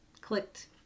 clicked